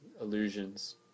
illusions